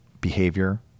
behavior